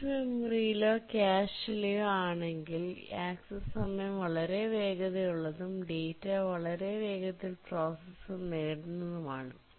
page മെമ്മറിയിലോ കാഷെയിലോ ആണെങ്കിൽ ആക്സസ് സമയം വളരെ വേഗതയുള്ളതും ഡാറ്റ വളരെ വേഗത്തിൽ പ്രോസസ്സർ നേടുന്നതുമാണ്